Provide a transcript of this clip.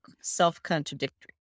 self-contradictory